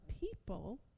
people